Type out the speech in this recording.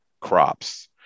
crops